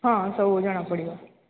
ହଁ ସବୁ ଜଣା ପଡ଼ିବ